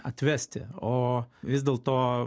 atvesti o vis dėlto